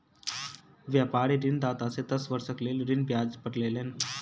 व्यापारी ऋणदाता से दस वर्षक लेल ऋण ब्याज पर लेलैन